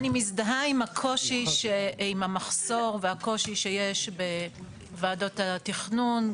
אני מזדהה עם המחסור ועם הקושי שיש בוועדות התכנון,